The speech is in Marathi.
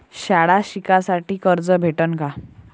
शाळा शिकासाठी कर्ज भेटन का?